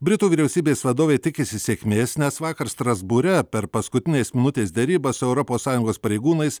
britų vyriausybės vadovė tikisi sėkmės nes vakar strasbūre per paskutinės minutės derybas su europos sąjungos pareigūnais